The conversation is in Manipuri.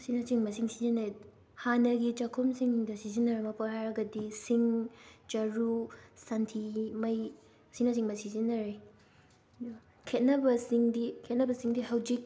ꯑꯁꯤꯅꯆꯤꯡꯕꯁꯤꯡ ꯁꯤꯖꯤꯟꯅꯩ ꯍꯥꯟꯅꯒꯤ ꯆꯥꯛꯈꯨꯝꯁꯤꯡꯗ ꯁꯤꯖꯤꯟꯅꯔꯝꯕ ꯄꯣꯠ ꯍꯥꯏꯔꯒꯗꯤ ꯁꯤꯡ ꯆꯔꯨ ꯁꯟꯊꯤ ꯃꯩ ꯑꯁꯤꯅꯆꯤꯡꯕ ꯁꯤꯖꯤꯟꯅꯔꯦ ꯑꯗꯨꯒ ꯈꯦꯠꯅꯕꯁꯤꯡꯗꯤ ꯈꯦꯠꯅꯕꯁꯤꯡꯗꯤ ꯍꯧꯖꯤꯛ